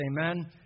Amen